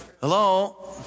Hello